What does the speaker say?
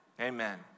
Amen